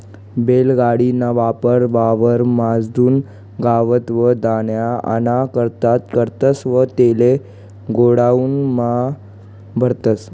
बैल गाडी ना वापर वावर म्हादुन गवत व धान्य आना करता करतस व तेले गोडाऊन म्हा भरतस